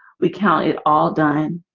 we count it all done